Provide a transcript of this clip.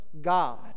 God